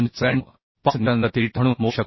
5 newton प्रति metre म्हणून मोजू शकतो